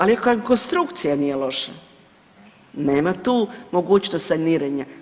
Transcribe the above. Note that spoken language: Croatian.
Ali, kad konstrukcija nije loša, nema tu mogućnost saniranja.